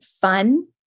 Fun